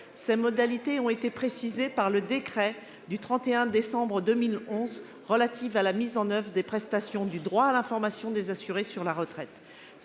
les modalités ont été précisées par le décret du 31 décembre 2011 relatif à la mise en oeuvre des prestations du droit à l'information des assurés sur la retraite.